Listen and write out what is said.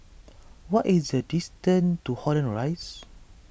what is the distance to Holland Rise